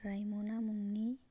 राइम'ना मुंनि